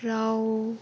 राव